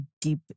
deep